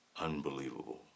unbelievable